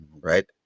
right